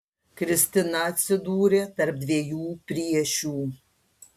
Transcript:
kristina atsidūrė tarp dviejų priešių